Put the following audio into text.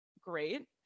great